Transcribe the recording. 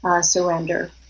surrender